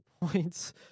points